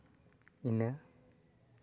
ᱤᱱᱟᱹ